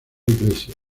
iglesia